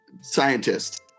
scientist